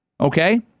Okay